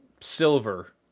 Silver